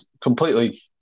completely